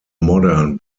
modern